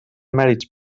mèrits